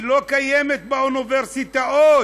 היא לא קיימת באוניברסיטאות,